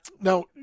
Now